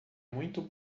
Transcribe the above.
muito